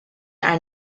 are